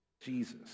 Jesus